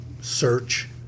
search